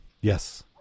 Yes